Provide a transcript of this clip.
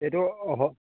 এইটো অহ